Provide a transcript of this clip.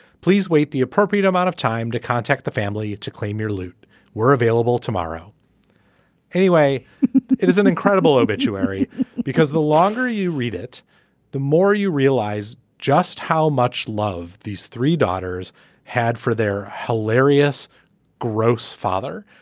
please wait the appropriate amount of time to contact the family to claim your loot were available tomorrow anyway it is an incredible obituary because the longer you read it the more you realize just how much love these three daughters had for their hilarious gross father.